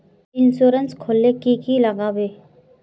Insurance खोले की की लगाबे?